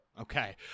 Okay